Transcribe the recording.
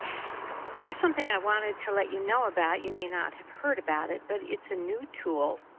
here's something i wanted to let you know about. you may not have heard about it, but it's a new tool.